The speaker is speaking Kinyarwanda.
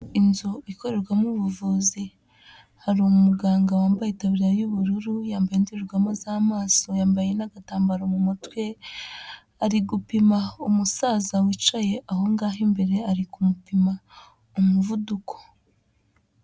Inzu ikoremo ubuvuzi, hari umuganga wambaye itaburiya y'ubururu, yambaye indorerwamo z'amaso, yambaye n'agatambaro mu mutwe, ari gupima umusaza wicaye aho ngaho imbere, ari kumupima umuvuduko.